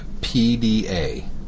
PDA